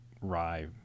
rye